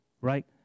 right